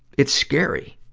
it's scary,